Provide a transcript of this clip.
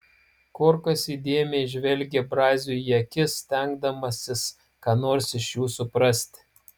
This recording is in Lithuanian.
korkas įdėmiai žvelgė braziui į akis stengdamasis ką nors iš jų suprasti